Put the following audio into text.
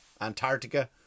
Antarctica